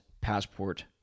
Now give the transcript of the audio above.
passport